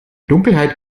dunkelheit